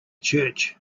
church